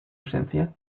esencial